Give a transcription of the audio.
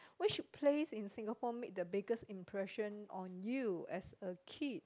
which place in Singapore make the biggest impression on you as a kid